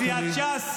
-- יו"ר סיעת ש"ס.